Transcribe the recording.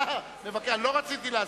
אני לא רציתי.